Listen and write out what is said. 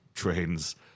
trains